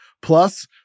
Plus